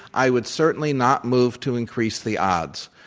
i would certainly not move to increase the odds.